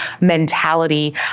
mentality